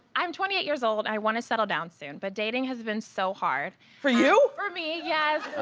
i'm twenty eight years old, i wanna settle down soon. but dating has been so hard. for you? for me, yes.